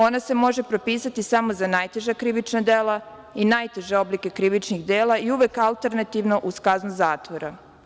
Ona se može propisati samo za najteža krivična dela i najteže oblike krivičnih dela i uvek alternativno uz kaznu zatvora.